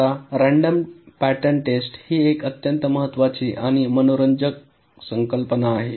आता random pattern test ही एक अतिशय महत्वाची आणि मनोरंजक संकल्पना आहे